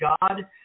God